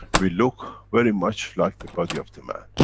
we look, very much, like the body of the man.